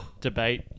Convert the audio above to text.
debate